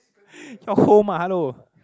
your home ah hello